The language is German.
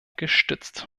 gestützt